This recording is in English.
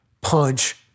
punch